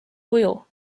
kuju